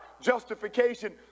justification